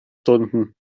stunden